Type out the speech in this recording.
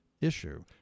issue